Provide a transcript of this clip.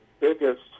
biggest